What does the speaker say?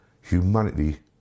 Humanity